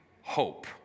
Hope